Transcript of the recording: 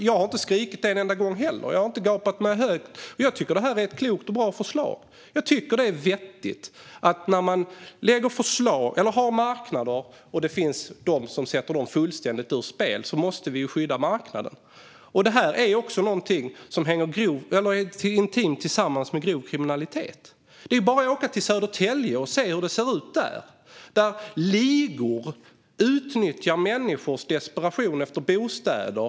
Jag har inte skrikit och gapat en enda gång. Jag tycker att det här är ett klokt och bra förslag. När det finns de som fullständigt sätter reglerna på marknaden ur spel måste vi ju skydda marknaden. Det här är också något som hänger intimt samman med grov kriminalitet. Det är bara att åka till Södertälje och se hur det ser ut där. Där utnyttjar ligor människors desperata behov av bostäder.